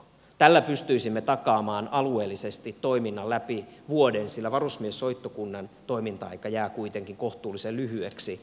tällä pystyisimme takaamaan alueellisesti toiminnan läpi vuoden sillä varusmiessoittokunnan toiminta aika jää kuitenkin kohtuullisen lyhyeksi